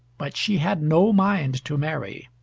but she had no mind to marry.